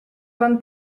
pan